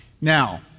Now